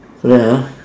correct ah